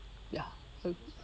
ya uh